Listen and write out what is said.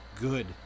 good